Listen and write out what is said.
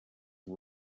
for